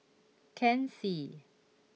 Ken Seet